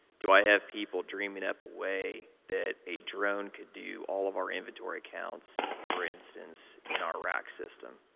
do i have people dreaming up a way that a drone could do all of our inventory counts, for instance, in our rack system?